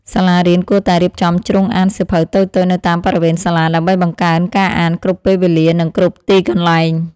សាលារៀនគួរតែរៀបចំជ្រុងអានសៀវភៅតូចៗនៅតាមបរិវេណសាលាដើម្បីបង្កើនការអានគ្រប់ពេលវេលានិងគ្រប់ទីកន្លែង។